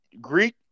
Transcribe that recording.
Greek